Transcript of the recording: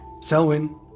Selwyn